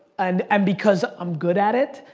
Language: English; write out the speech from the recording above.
and and because i'm good at it,